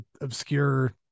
obscure